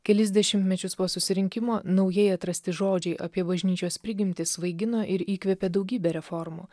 kelis dešimtmečius po susirinkimo naujai atrasti žodžiai apie bažnyčios prigimtį svaigino ir įkvėpė daugybę reformų